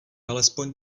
alespoň